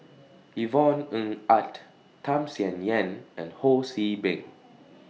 Yvonne Ng Uhde Tham Sien Yen and Ho See Beng